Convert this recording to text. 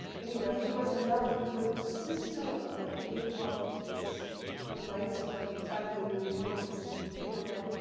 anyway, he was in love with a sister, i believe, of this von weizsacker family, or one of these people there.